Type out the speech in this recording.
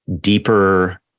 deeper